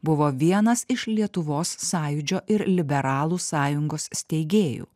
buvo vienas iš lietuvos sąjūdžio ir liberalų sąjungos steigėjų